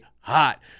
hot